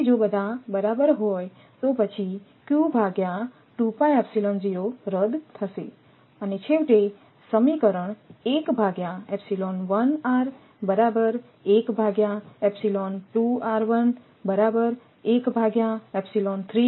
તેથી જો બધા બરાબર હોય તો પછી તે q2 રદ થશે અને છેવટે સમીકરણ થશે હમણાં અહીં રાખો